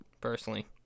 personally